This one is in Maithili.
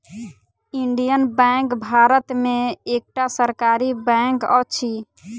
इंडियन बैंक भारत में एकटा सरकारी बैंक अछि